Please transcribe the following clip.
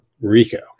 Rico